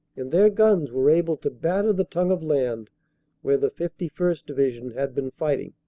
and their guns were able to batter the tongue of land where the fifty first. division had been fighting.